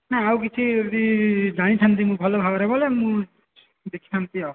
ନା ଆଉ କିଛି ଯଦି ଜାଣିଥାନ୍ତି ମୁଁ ଭଲ ଭାବରେ ବୋଲେ ମୁଁ ଦେଖିଥାନ୍ତି ଆଉ